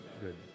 good